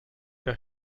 der